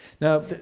Now